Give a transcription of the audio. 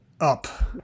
Up